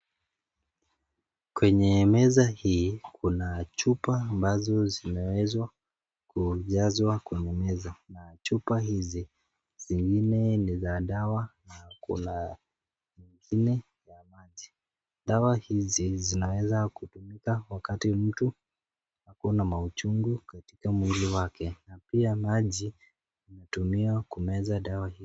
Kwenye meza hii kuna chupa ambazo zimewezwa kujazwa kwa meza na chupa hizi zingine ni za dawa na kuna zingine za maji. Dawa hizi zinaweza kutumika wakati mtu ako na mauchungu katika mwili wake na pia maji hutumiwa kumeza dawa hii.